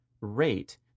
rate